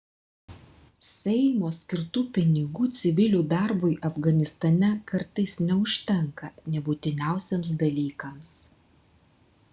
seimo skirtų pinigų civilių darbui afganistane kartais neužtenka nė būtiniausiems dalykams